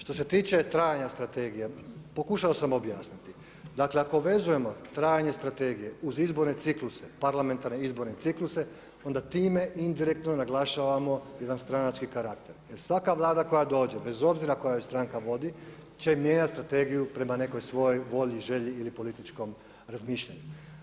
Što se tiče trajanja strategija, pokušao sam objasniti, dakle ako vezujemo trajanje strategije uz izborne cikluse, parlamentarne izborne cikluse onda time indirektno naglašavamo jedan stranački karakter jer svaka Vlada koja dođe, bez obzira koja ju stranka vodi će mijenjati strategiju prema nekoj svojo volji, želji ili političkom razmišljanju.